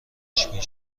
خشمگین